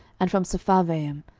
and from sepharvaim,